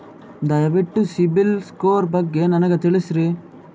ದಯವಿಟ್ಟು ಸಿಬಿಲ್ ಸ್ಕೋರ್ ಬಗ್ಗೆ ನನಗ ತಿಳಸರಿ?